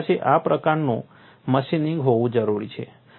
તમારી પાસે આ પ્રકારનું મશીનિંગ હોવું જરૂરી છે